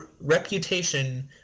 reputation